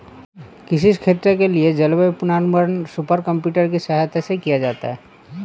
किसी क्षेत्र के लिए जलवायु पूर्वानुमान सुपर कंप्यूटर की सहायता से किया जाता है